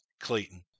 Clayton